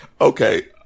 okay